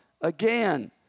Again